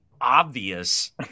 obvious